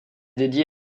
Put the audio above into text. dédiée